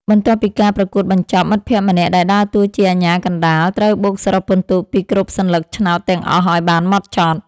បន្ទាប់ពីការប្រកួតបញ្ចប់ មិត្តភក្តិម្នាក់ដែលដើរតួជាអាជ្ញាកណ្ដាល ត្រូវបូកសរុបពិន្ទុពីគ្រប់សន្លឹកឆ្នោតទាំងអស់ឱ្យបានហ្មត់ចត់។